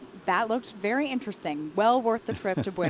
that looked very interesting. well worth the trip.